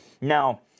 Now